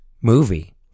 movie